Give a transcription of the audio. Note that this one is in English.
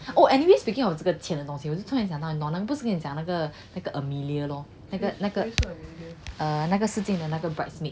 oh anyway speaking of 这个钱的东西我突然想到我不是跟你讲那个那个 amelia lor 那个那个那个 err 那个 si jing bridesmaid